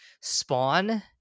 Spawn